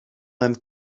and